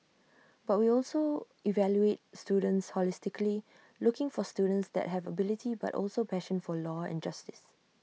but we also evaluate students holistically looking for students that have ability but also A passion for law and justice